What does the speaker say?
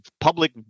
public